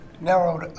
Narrowed